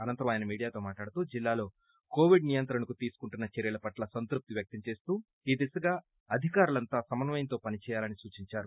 అనంతరం ఆయన మీడియాతో మాట్లాడుతూ జిల్లాలో కోవిడ్ నియంత్రణకు తీసుకుంటున్న చర్యలు పట్ల సంతృప్తి వ్యక్తం చేస్తూ ఈ దిశగా అధికారులంతా సమన్నయంతో పనిచేయాలని సూచించారు